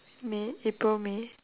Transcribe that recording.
may april may